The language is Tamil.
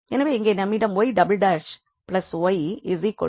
எனவே இங்கே நம்மிடம் 𝑦′′ 𝑦 𝐶𝐻𝑡 − 𝑎 உள்ளது